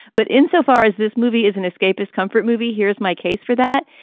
but insofar as this movie is an escapist comfort movie, here's my case for that.